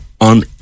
on